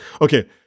Okay